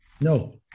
no